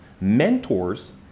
mentors